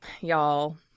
y'all